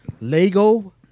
Lego